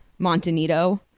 Montanito